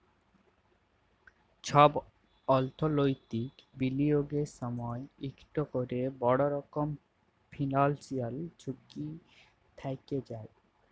ছব অথ্থলৈতিক বিলিয়গের সময় ইকট ক্যরে বড় রকমের ফিল্যালসিয়াল ঝুঁকি থ্যাকে যায়